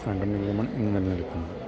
അങ്ങനെ നിയമം ഇന്നു നിലനിൽക്കുന്നു